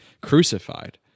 crucified